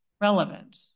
relevant